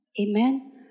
Amen